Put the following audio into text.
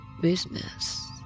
business